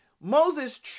Moses